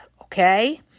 okay